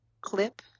clip